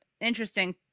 interesting